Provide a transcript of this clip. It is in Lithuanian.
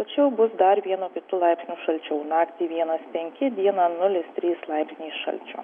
tačiau bus dar vienu kitu laipsniu šalčiau naktį vienas penki dieną nulis trys laipsniai šalčio